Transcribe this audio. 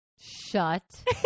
Shut